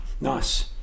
Nice